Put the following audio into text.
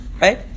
Right